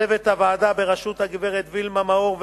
צוות הוועדה בראשות הגברת וילמה מאור,